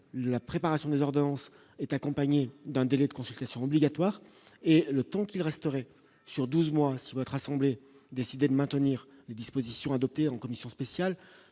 la préparation des ordonnances est accompagné d'un délai de consultation obligatoire et le temps qu'il resterait sur 12 mois, souhaite rassembler, décidé de maintenir les dispositions adoptées en commission spéciale